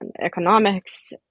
economics